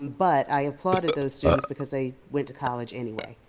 um but i applauded those students because they went to college anyway,